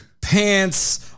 Pants